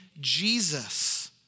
Jesus